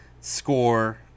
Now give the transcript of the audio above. score